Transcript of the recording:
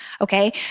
Okay